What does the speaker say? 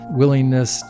willingness